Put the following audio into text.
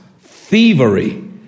thievery